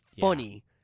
funny